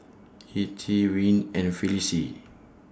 Ethie Wayne and Felice